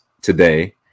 today